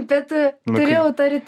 bet turėjau autoritetų